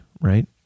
right